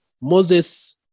Moses